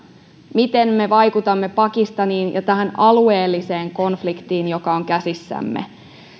miten me vaikutamme pakistaniin ja tähän alueelliseen konfliktiin joka on käsissämme